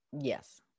Yes